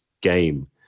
game